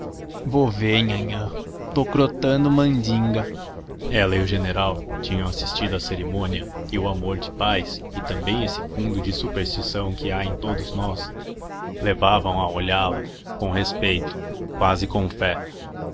africano vô vê nhãnhã tô crotando mandinga ela e o general tinham assistido à cerimônia e o amor de pais e também esse fundo de superstição que há em todos nós levavam a olhá-la com respeito quase com fé